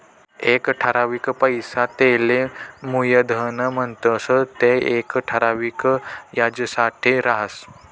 एक ठरावीक पैसा तेले मुयधन म्हणतंस ते येक ठराविक याजसाठे राहस